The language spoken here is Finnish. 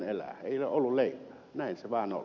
näin se vaan oli